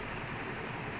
dean என்ன சொன்ன:enna sonna